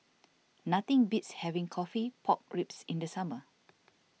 nothing beats having Coffee Pork Ribs in the summer